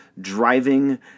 driving